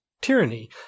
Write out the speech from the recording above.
tyranny